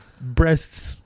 breasts